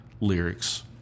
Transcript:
lyrics